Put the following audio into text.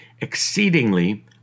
exceedingly